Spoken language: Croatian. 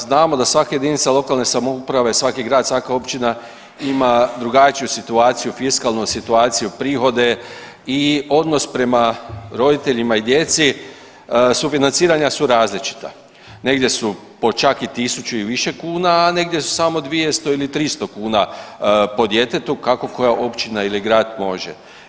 Znamo da svaka jedinica lokalne samouprave, svaki grad, svaka općina ima drugačiju situaciju fiskalnu situaciju prihode i odnos prema roditeljima i djeci sufinanciranja su različita, negdje su po čak tisuću i više kuna, a negdje su samo 200 ili 300 kuna po djetetu kako koja općina ili grad može.